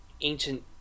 ancient